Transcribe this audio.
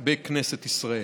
בכנסת ישראל.